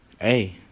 hey